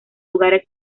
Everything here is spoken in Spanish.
lugares